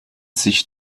sich